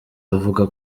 bavuga